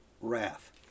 wrath